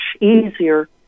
easier